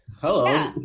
Hello